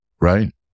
Right